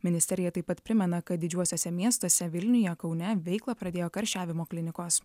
ministerija taip pat primena kad didžiuosiuose miestuose vilniuje kaune veiklą pradėjo karščiavimo klinikos